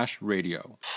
radio